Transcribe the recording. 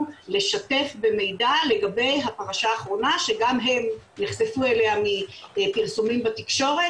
לשתף במידע לגבי הפרשה האחרונה שגם הם נחשפו אליה מפרסומים בתקשורת